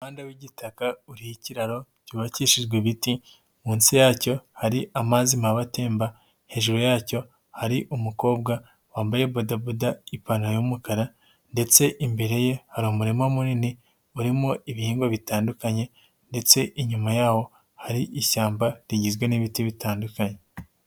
Umuhanda w'igitaka uri ikiraro cyubakishijwe ibiti, munsi yacyo hari amazi mabi atemba, hejuru yacyo hari umukobwa wambaye bodaboda, ipantaro y'umukara ndetse imbere ye hari umurima munini urimo ibihingwa bitandukanye ndetse inyuma y'aho hari ishyamba rigizwe n'ibiti bitandukanye.